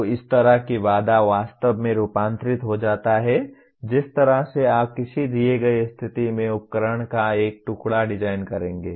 तो इस तरह की बाधा वास्तव में रूपांतरित हो जाता है जिस तरह से आप किसी दिए गए स्थिति में उपकरण का एक टुकड़ा डिजाइन करेंगे